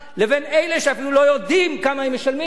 ויש אלה שאפילו לא יודעים כמה הם משלמים.